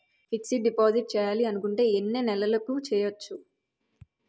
Fixed deposit చేయాలి అనుకుంటే ఎన్నే నెలలకు చేయొచ్చు?